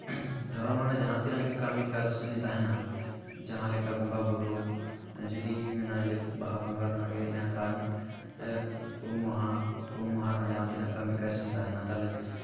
ᱫᱷᱚᱨᱚᱢ ᱨᱮᱱᱟᱜ ᱡᱟᱦᱟᱸ ᱛᱤᱱᱟᱹᱜ ᱜᱮ ᱠᱟᱹᱢᱤ ᱠᱟᱹᱥᱱᱤ ᱛᱟᱦᱮᱱᱟ ᱡᱟᱦᱟᱸᱞᱮᱠᱟ ᱵᱚᱸᱜᱟ ᱵᱩᱨᱩ ᱡᱩᱫᱤᱧ ᱢᱮᱱᱟ ᱡᱮ ᱵᱟᱦᱟ ᱵᱚᱸᱜᱟ ᱠᱚᱨᱮᱱᱟᱜ ᱜᱮ ᱤᱱᱟᱹᱠᱷᱟᱱ ᱩᱢ ᱢᱟᱦᱟ ᱩᱢ ᱢᱟᱦᱟ ᱨᱮᱱᱟᱜ ᱡᱟᱦᱟᱸᱛᱤᱱᱟᱹᱜ ᱠᱟᱹᱢᱤ ᱠᱟᱹᱥᱱᱤ ᱛᱟᱦᱮᱱᱟ ᱛᱟᱦᱚᱞᱮ